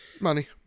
money